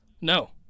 No